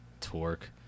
Torque